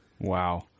Wow